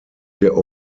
der